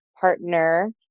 partner